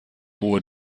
hohe